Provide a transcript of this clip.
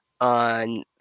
on